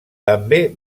també